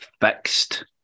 fixed